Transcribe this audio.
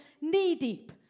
knee-deep